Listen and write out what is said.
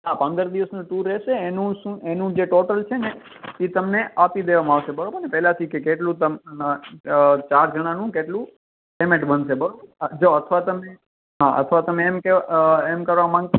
આ પંદર દિવસનો ટૂર રહેશે એનું શું એનું જે ટોટલ છે ને એ તમને આપી દેવામાં આવશે બરાબરને પહેલાથી કે કેટલું તમે અઅ અ ચાર જણાનું કેટલું પેમેન્ટ બનશે બરાબર હા જો અથવા તમે હા અથવા તમે એમ કહેવા અઅ એમ કરવા માગતા હોય